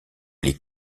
les